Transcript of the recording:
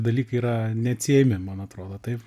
dalykai yra neatsiejami man atrodo taip